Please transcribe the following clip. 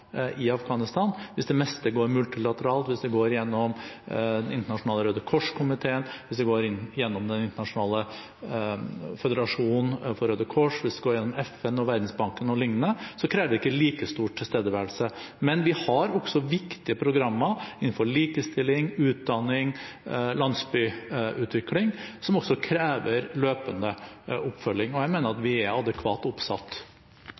i Afghanistan. Hvis det meste går multilateralt, hvis det går gjennom Den internasjonale Røde Kors-komiteen, hvis det går gjennom Den internasjonale føderasjonen for Røde Kors, hvis det går gjennom FN, Verdensbanken o.l., kreves det ikke like stor tilstedeværelse. Men vi har også viktige programmer – innenfor likestilling, utdanning, landsbyutvikling – som krever løpende oppfølging. Jeg mener at vi er adekvat oppsatt.